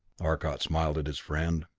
arcot smiled at his friend.